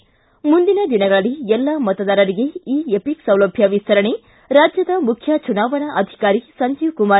ಿ ಮುಂದಿನ ದಿನಗಳಲ್ಲಿ ಎಲ್ಲಾ ಮತದಾರರಿಗೆ ಇ ಎಪಿಕ್ ಸೌಲಭ್ಯ ವಿಸ್ತರಣೆ ರಾಜ್ಯದ ಮುಖ್ಯ ಚುನವಾಣಾ ಅಧಿಕಾರಿ ಸಂಜೀವಕುಮಾರ್